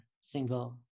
single